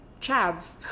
chads